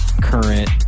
current